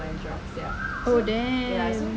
oh damn